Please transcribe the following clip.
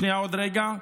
שנייה, עוד רגע.